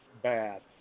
bad